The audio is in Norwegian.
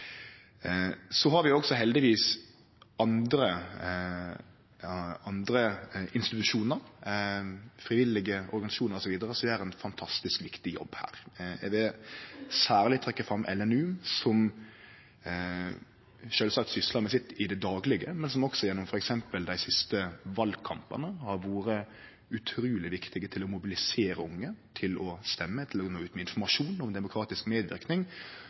har heldigvis også andre institusjonar, frivillige organisasjonar osv. som gjer ein fantastisk viktig jobb. Eg vil særleg trekkje fram LNU, som sjølvsagt syslar med sitt i det daglege, men som også f.eks. gjennom dei siste valkampane har vore utruleg viktige for å mobilisere unge til å stemme, til å gå ut med informasjon om demokratisk